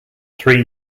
three